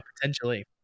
potentially